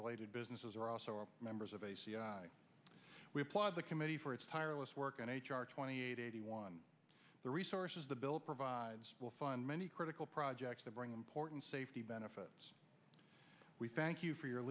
related businesses are also members of a we applaud the committee for its tireless work in h r twenty eight eighty one the resources the bill provides will fund many critical projects that bring important safety benefits we thank you for your